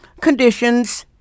conditions